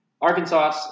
Arkansas